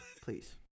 Please